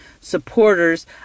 supporters